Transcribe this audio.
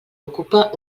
ocupa